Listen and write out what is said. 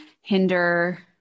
hinder